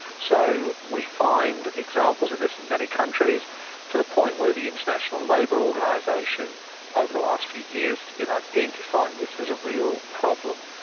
so we find examples of this in many countries to the point where the international labour organisation over the last few years has been identifying this as a real problem,